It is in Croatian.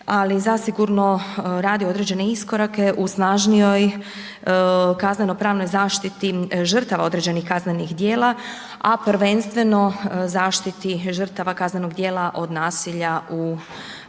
ali zasigurno radi određene iskorake u snažnijoj kazneno pravnoj zaštiti žrtava određenih kaznenih dijela, a prvenstveno zaštiti žrtava kaznenog djela od nasilja u obitelji.